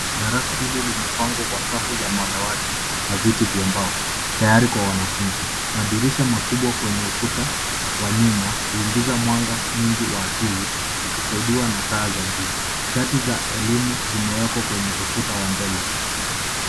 Darasa hili limepangwa kwa safu la madawati na Viti vya mbao tayari kwa wanafunzi madirisha makubwa kwenye ukuta Wa nyuma huingiza mwanga mwingi Wa asili ukisaidiwa na taa za juu chati za elimu zimewekwa kwenye ukuta wa mbele.